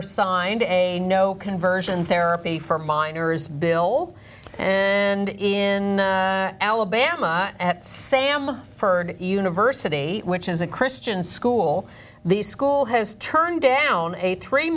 signed a no conversion therapy for minors bill and in alabama at sam hurd university which is a christian school the school has turned down a three